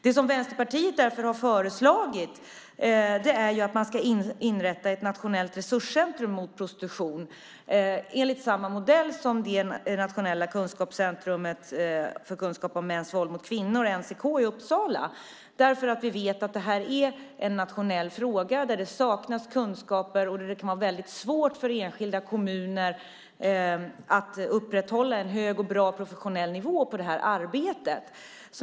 Det som Vänsterpartiet därför har föreslagit är att man ska inrätta ett nationellt resurscentrum mot prostitution, enligt samma modell som det nationella centrumet för kunskap om mäns våld mot kvinnor, NCK, i Uppsala. Vi vet nämligen att det här är en nationell fråga där det saknas kunskaper och där det kan vara väldigt svårt för enskilda kommuner att upprätthålla en hög professionell nivå på det här arbetet.